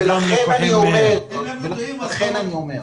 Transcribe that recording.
לכן אני אומר,